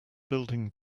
building